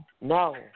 No